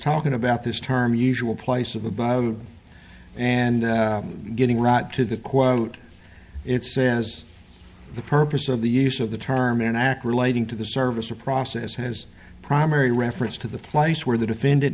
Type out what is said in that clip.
talking about this term usual place of the by and getting rot to the quote it says the purpose of the use of the term in iraq relating to the service of process has primary reference to the place where the defendant